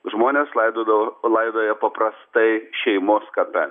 žmones laidodavo laidoja paprastai šeimos kape